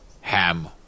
ham